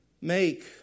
make